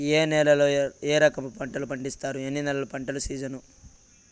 ఏ నేలల్లో ఏ రకము పంటలు పండిస్తారు, ఎన్ని నెలలు పంట సిజన్?